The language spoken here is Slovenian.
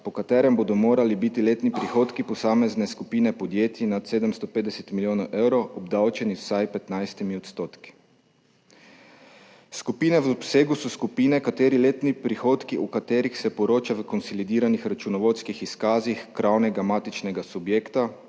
po katerem bodo morali biti letni prihodki posamezne skupine podjetij nad 750 milijonov evrov obdavčeni z vsaj 15 %. Skupine v obsegu so skupine, kateri letni prihodki, o katerih se poroča v konsolidiranih računovodskih izkazih krovnega matičnega subjekta,